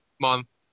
month